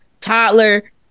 toddler